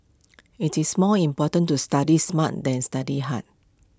IT is more important to study smart than study hard